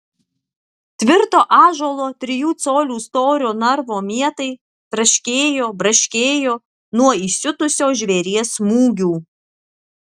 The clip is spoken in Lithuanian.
tvirto ąžuolo trijų colių storio narvo mietai traškėjo braškėjo nuo įsiutusio žvėries smūgių